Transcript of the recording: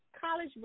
college